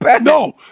No